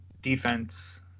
defense